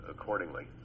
accordingly